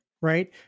right